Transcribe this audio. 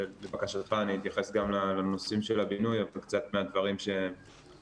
לבקשתך אני אתייחס גם לנושאים של הבינוי אבל קצת מהדברים שנאמרו.